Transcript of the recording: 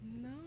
No